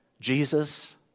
Jesus